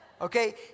Okay